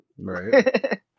right